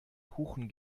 kuchen